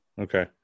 Okay